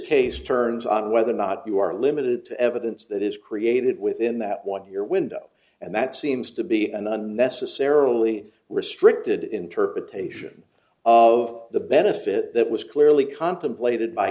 case turns on whether or not you are limited to evidence that is created within that what your window and that seems to be an unnecessarily restricted interpretation of the benefit that was clearly contemplated by